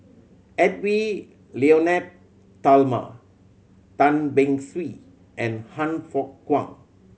Edwy Lyonet Talma Tan Beng Swee and Han Fook Kwang